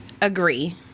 agree